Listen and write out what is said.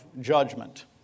judgment